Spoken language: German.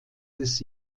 des